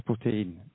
protein